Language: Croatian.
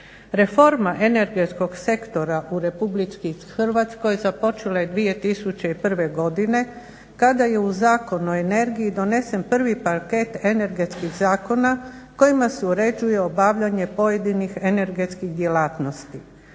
Reforma energetskog sektora u Republici Hrvatskoj započela je 2001. godine kada je u Zakon o energiji donesen prvi paket energetskih zakona kojima se uređuje obavljanje pojedinih energetskih djelatnosti.